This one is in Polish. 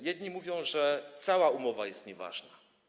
Jedni mówią, że cała umowa jest nieważna.